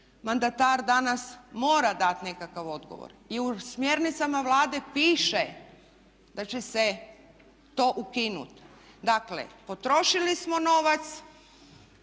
mandatar danas mora dati nekakav odgovor. I u smjernicama Vlade piše da će se to ukinuti. Dakle, potrošili smo novac